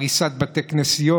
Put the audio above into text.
הריסת בתי כנסיות.